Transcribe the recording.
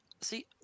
See